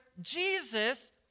Jesus